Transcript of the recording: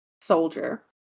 soldier